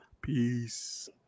Peace